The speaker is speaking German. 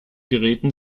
geräten